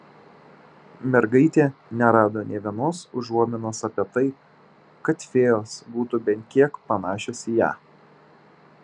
mergaitė nerado nė vienos užuominos apie tai kad fėjos būtų bent kiek panašios į ją